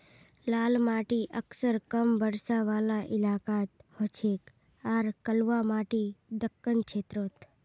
लाल माटी अक्सर कम बरसा वाला इलाकात हछेक आर कलवा माटी दक्कण क्षेत्रत